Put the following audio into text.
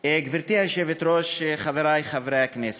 גברתי היושבת-ראש, חברי חברי הכנסת,